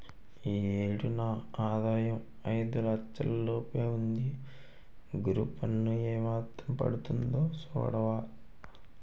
ఈ ఏడు నా ఆదాయం ఐదు లచ్చల లోపే ఉంది గురూ పన్ను ఏమాత్రం పడతాదో సూడవా